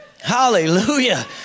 Hallelujah